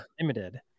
limited